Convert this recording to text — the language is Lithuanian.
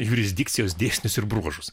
jurisdikcijos dėsnius ir bruožus